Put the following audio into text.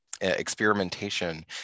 experimentation